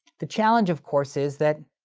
the challenge, of course, is that